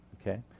Okay